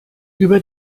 über